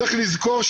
צריך לזכור,